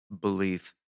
belief